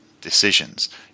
decisions